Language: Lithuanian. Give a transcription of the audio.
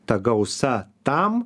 ta gausa tam